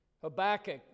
Habakkuk